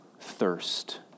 thirst